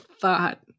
thought